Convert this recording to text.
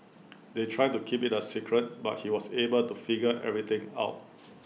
they tried to keep IT A secret but he was able to figure everything out